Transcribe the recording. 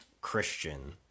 Christian